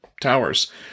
towers